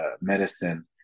medicine